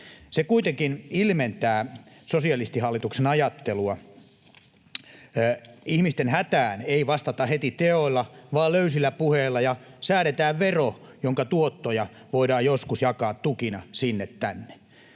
Se kuitenkin ilmentää sosialistihallituksen ajattelua. Ihmisten hätään ei vastata heti teoilla vaan löysillä puheilla ja säädetään vero, jonka tuottoja voidaan joskus jakaa tukina sinne tänne.